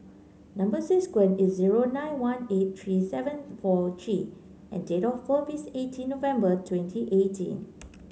number is S zero nine one eight three seven four G and date of birth is eighteen November twenty eighteen